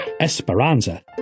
Esperanza